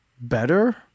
better